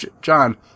John